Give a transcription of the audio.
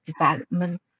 development